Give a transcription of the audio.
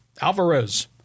Alvarez